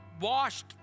washed